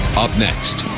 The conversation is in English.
up next